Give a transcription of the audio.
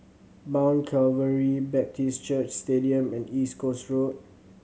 Mount Calvary Baptist Church Stadium and East Coast Road